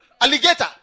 alligator